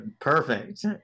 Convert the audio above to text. Perfect